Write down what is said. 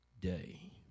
day